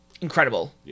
incredible